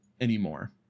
anymore